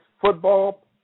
Football